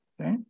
Okay